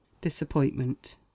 disappointment